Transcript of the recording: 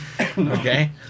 Okay